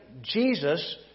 Jesus